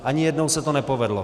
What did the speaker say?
Ani jednou se to nepovedlo.